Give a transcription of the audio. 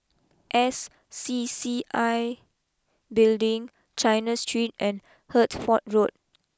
S C C I Building China Street and Hertford Road